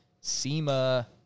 SEMA